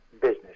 business